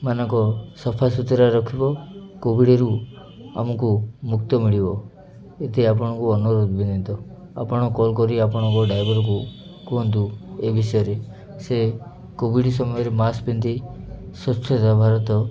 ମାନଙ୍କ ସଫାସୁତୁରା ରଖିବ କୋଭିଡ଼ରୁ ଆମକୁ ମୁକ୍ତ ମିଳିବ ଏତେ ଆପଣଙ୍କୁ ଅନୁରୋଧ ବିନିତ ଆପଣ କଲ୍ କରି ଆପଣଙ୍କ ଡ୍ରାଇଭରକୁ କୁହନ୍ତୁ ଏ ବିଷୟରେ ସେ କୋଭିଡ଼ ସମୟରେ ମାସ୍କ ପିନ୍ଧି ସ୍ୱଚ୍ଛତା ଭାରତ